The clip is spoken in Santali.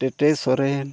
ᱴᱮᱴᱮ ᱥᱚᱨᱮᱱ